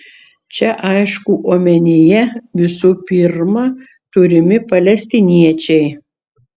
čia aišku omenyje visų pirma turimi palestiniečiai